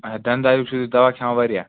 اچھا ڈندٕ دادیُک چھُو تُہۍ دوا کھیٚوان واریاہ